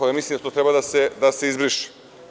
Mislim da to treba da se izbriše.